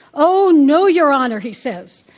oh no, your honor, he says.